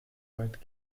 weit